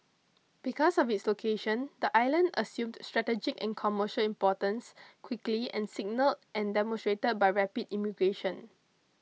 because of its location the island assumed strategic and commercial importance quickly and signalled and demonstrated by rapid immigration